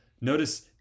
Notice